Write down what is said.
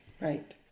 right